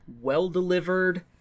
well-delivered